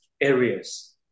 areas